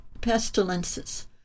pestilences